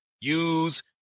use